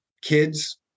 kids